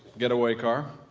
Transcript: getaway car